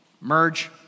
merge